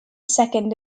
second